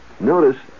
notice